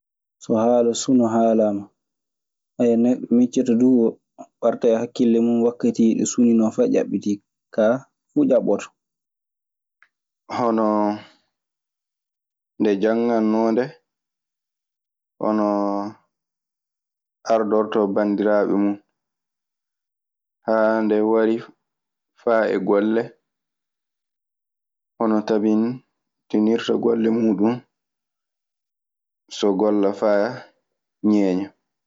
So haala sunon haalama, haya neɗɗo miccititto ɗun, warata e hakkille mun wakkatiiji ɗe suhinoo fa ƴaɓɓiti kaa fu ƴaɓɓoto. Hono nde janngannoonde, hono ardortoo banndiraaɓe mun, haa nde wari faa e golle, hono tabintinirta golle muuɗun so golla faa ŋeeña.